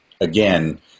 Again